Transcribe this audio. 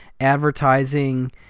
advertising